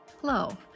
Hello